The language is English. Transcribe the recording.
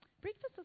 breakfast